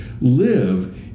live